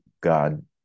God